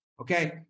okay